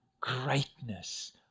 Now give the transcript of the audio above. greatness